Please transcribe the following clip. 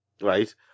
Right